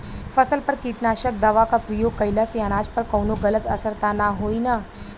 फसल पर कीटनाशक दवा क प्रयोग कइला से अनाज पर कवनो गलत असर त ना होई न?